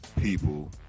people